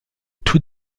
tout